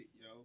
yo